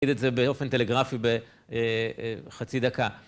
נגיד את זה באופן טלגרפי, בחצי דקה.